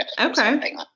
okay